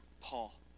Paul